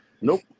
Nope